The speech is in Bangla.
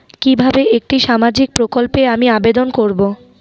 কিভাবে একটি সামাজিক প্রকল্পে আমি আবেদন করব?